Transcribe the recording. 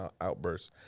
outbursts